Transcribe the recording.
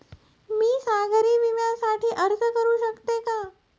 मी सागरी विम्यासाठी अर्ज करू शकते का?